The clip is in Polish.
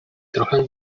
trochę